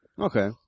Okay